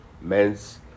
men's